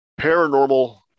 Paranormal